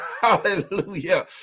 Hallelujah